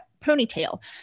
ponytail